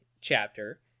chapter